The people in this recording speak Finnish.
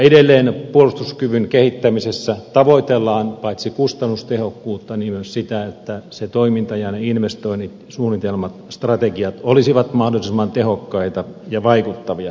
edelleen puolustuskyvyn kehittämisessä tavoitellaan paitsi kustannustehokkuutta myös sitä että se toiminta ja ne investoinnit suunnitelmat strategiat olisivat mahdollisimman tehokkaita ja vaikuttavia